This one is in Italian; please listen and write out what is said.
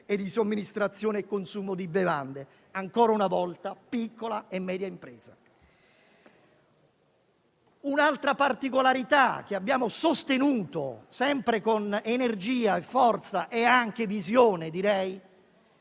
e di somministrazione e consumo di bevande. Ancora una volta interveniamo per piccola e media impresa. Un'altra particolarità che abbiamo sostenuto sempre con energia, forza e anche visione, sempre